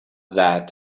that